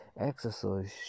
exercise